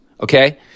okay